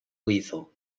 lethal